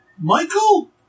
Michael